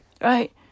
Right